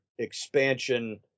Expansion